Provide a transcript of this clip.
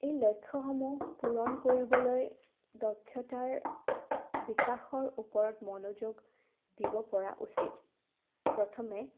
এই লক্ষ্যসমূহ পূৰণ কৰিবলৈ দক্ষতাৰ বিকাশৰ ওপৰত মনোযোগ দিব পৰা উচিত প্ৰথমে